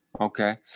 Okay